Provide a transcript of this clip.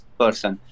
person